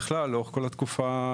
ובכלל לאורך כל התקופה,